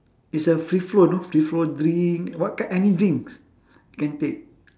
it's a free flow you know free flow drink what kin~ any drinks can take